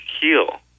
heal